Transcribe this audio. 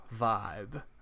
vibe